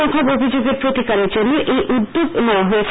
অভিযোগের প্রতিকারের জন্য এই উদ্যোগ নেওয়া হয়েছে